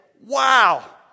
wow